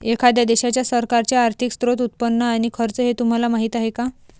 एखाद्या देशाच्या सरकारचे आर्थिक स्त्रोत, उत्पन्न आणि खर्च हे तुम्हाला माहीत आहे का